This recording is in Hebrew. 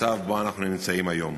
למצב שבו אנחנו נמצאים היום.